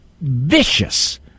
vicious